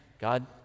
God